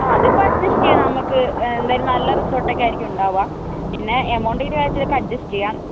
ആ അതിപ്പോൾ അഡ്ജസ്റ്റ് ചെയ്യാം നമുക്ക് എന്തായാലും നല്ല റിസോട്ടൊക്കെയായിരിക്കും ഉണ്ടാവുക പിന്നെ എമൗണ്ടിന്റെ കാര്യത്തിലൊക്കെ അഡ്ജസ്റ്റ് ചെയ്യാം